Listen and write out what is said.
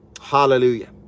Hallelujah